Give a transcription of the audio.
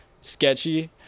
sketchy